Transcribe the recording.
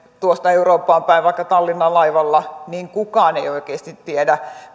tuosta eurooppaan päin vaikka tallinnaan laivalla niin kukaan ei oikeasti tiedä